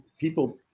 people